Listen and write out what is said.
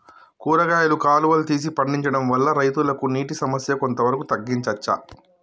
కూరగాయలు కాలువలు తీసి పండించడం వల్ల రైతులకు నీటి సమస్య కొంత వరకు తగ్గించచ్చా?